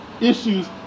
issues